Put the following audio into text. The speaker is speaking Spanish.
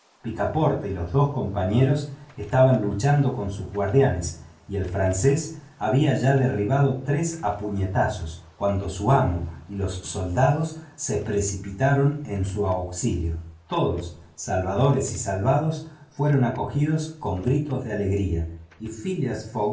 picaporte y los dos compañeros estaban luchando con sus guardianes y el francés había ya derribado tres a puñetazos cuando su amo y los soldados se precipitaron en su auxilio todos salvadores y salvados fueron acogidos con gritos de alegría y phileas